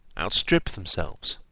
outstrip themselves,